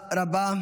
תודה רבה.